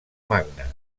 magne